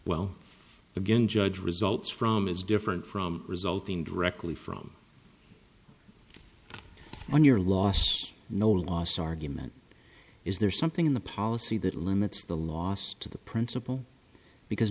well again judge results from is different from resulting directly from one your last no last argument is there something in the policy that limits the loss to the principle because